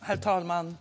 Herr talman!